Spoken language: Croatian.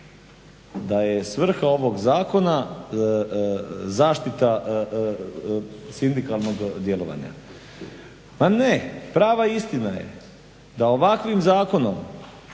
da je svrha ovog zakona zaštita sindikalnog djelovanja. Pa ne, prava je istina da ovakvim zakonom